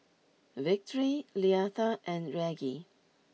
Victory Leatha and Reggie